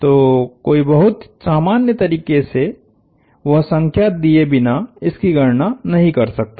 तो कोई बहुत सामान्य तरीके से वह संख्या दिए बिना इसकी गणना नहीं कर सकता था